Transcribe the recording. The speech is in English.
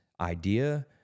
idea